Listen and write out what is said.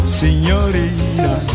signorina